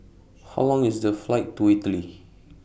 How Long IS The Flight to Italy